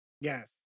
Yes